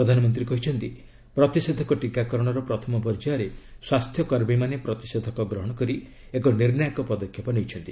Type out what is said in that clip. ପ୍ରଧାନମନ୍ତ୍ରୀ କହିଛନ୍ତି ପ୍ରତିଷେଧକ ଟିକାକରଣର ପ୍ରଥମ ପର୍ଯ୍ୟାୟରେ ସ୍ୱାସ୍ଥ୍ୟ କର୍ମୀମାନେ ପ୍ରତିଷେଧକ ଗ୍ରହଣ କରି ଏକ ନିର୍ଣ୍ଣାୟକ ପଦକ୍ଷେପ ନେଇଛନ୍ତି